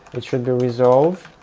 it should be resolve.